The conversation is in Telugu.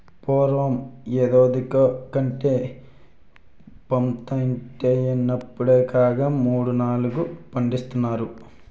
పూర్వం యేడాదికొకటే పంటైతే యిప్పుడేకంగా మూడూ, నాలుగూ పండిస్తున్నారు